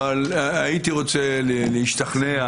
אבל הייתי רוצה להשתכנע